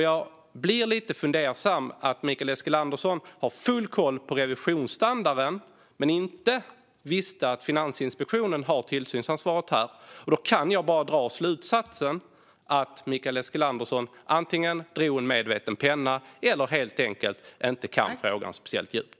Jag blir lite fundersam över att Mikael Eskilandersson har full koll på revisionsstandarden men inte vet att Finansinspektionen har tillsynsansvaret. Då kan jag bara dra slutsatsen att Mikael Eskilandersson antingen drog en medveten penna eller helt enkelt inte kan frågan speciellt djupt.